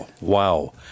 Wow